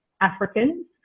Africans